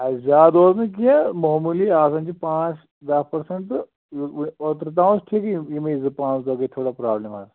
زِیاد اوس نہٕ کینٛہہ مومعوٗلی آسَان چھُ پانٛژھ دَہ پٔرسَنٛٹ اوترٕ تام اوس نہٕ کِہیٖنۍ یِمٕے زٕ پانٛژھ دۄہ گیے تھوڑا پرٛابلِم حَظ